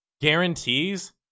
guarantees